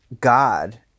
God